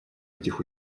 этих